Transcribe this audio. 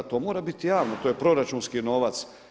To mora biti javno, to je proračunski novac.